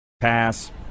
pass